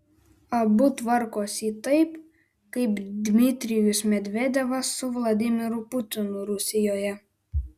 abu tvarkosi taip kaip dmitrijus medvedevas su vladimiru putinu rusijoje